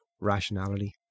rationality